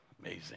Amazing